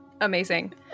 Amazing